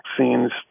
vaccines